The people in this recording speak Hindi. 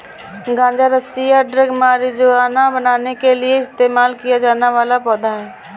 गांजा रस्सी या ड्रग मारिजुआना बनाने के लिए इस्तेमाल किया जाने वाला पौधा है